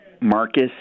Marcus